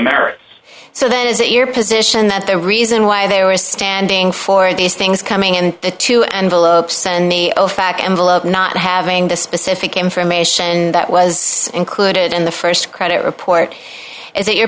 merits so that is it your position that the reason why they were standing for these things coming in the two envelopes and the ofac envelope not having the specific information that was included in the st credit report is it your